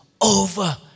over